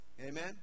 Amen